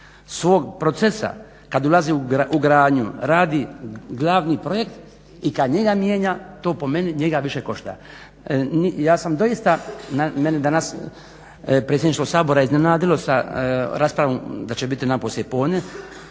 svog procesa kad ulazi u gradnju radi glavni projekt i kad njega mijenja, to po meni njega više košta. Ja sam doista, mene je danas Predsjedništvo Sabora iznenadilo sa raspravom da će biti ona poslije podne.